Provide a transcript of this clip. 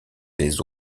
des